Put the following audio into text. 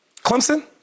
Clemson